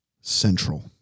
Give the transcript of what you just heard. central